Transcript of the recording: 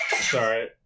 Sorry